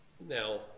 Now